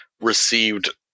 received